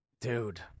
Dude